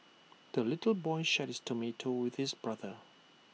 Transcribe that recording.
the little boy shared his tomato with his brother